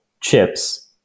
chips